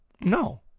No